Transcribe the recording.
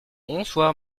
bonsoir